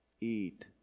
eat